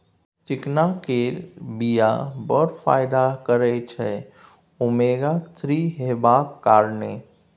चिकना केर बीया बड़ फाइदा करय छै ओमेगा थ्री हेबाक कारणेँ